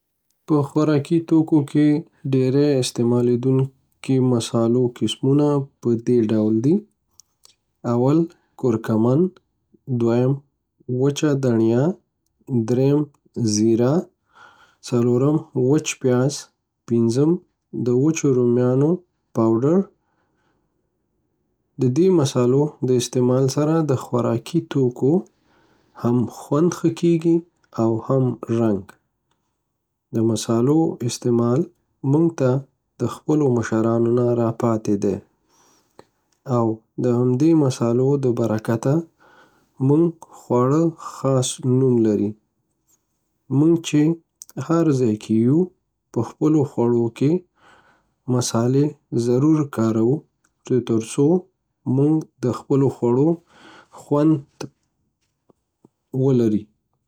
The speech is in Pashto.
په خوارکی توکو کی ډیری استمعالیدونکی مصالحو قسمونه په دی ډول دی، اول. کورکمند، دویم وچه دړیا، دریم زیره، څلورم وچ پیاز، پنځم د وچو رومیانو پاوډر. د دی مصالحو د استعمال سره د خوراکی توکو هم خوند خه کیږی او هم رنک، د مصالحو استعمال مونږ ته د خپلو مشرانو نه را پاتی ده، او د همدی مصالحو د برکته زمونږ جواړه خاص نوم لری، مونږ چی په هر ځای کی یو په خپلو خوړو کیی مصالحی ضرور کاروو تر سو د خپلو خوړو خوند ترلاسه کړو